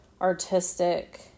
artistic